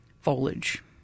foliage